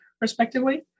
respectively